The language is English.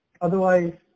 Otherwise